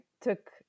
took